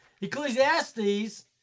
Ecclesiastes